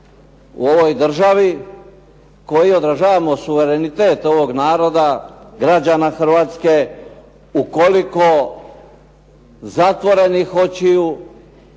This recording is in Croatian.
u ovoj državi, koji održavamo suverenitet ovog naroda, građana Hrvatske, ukoliko zatvorenih očiju